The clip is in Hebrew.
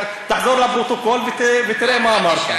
תחזור לפרוטוקול ותראה מה אמרת.